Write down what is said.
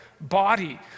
body